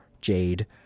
Jade